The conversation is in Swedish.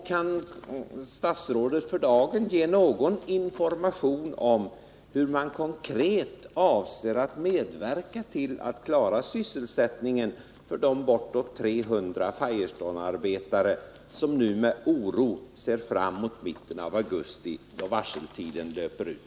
Kan statsrådet för dagen ge någon information om hur man konkret avser att medverka till att klara sysselsättningen för de bortåt 300 Firestonearbetare som nu med oro ser fram mot mitten av augusti då varseltiden löper ut?